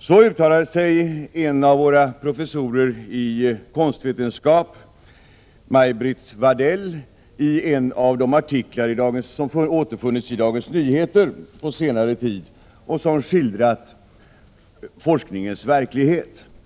Så uttalade sig en av våra professorer i konstvetenskap, Maj-Brit Wadell, i en av de artiklar som återfunnits i Dagens Nyheter på senare tid och som skildrat forskningens verklighet.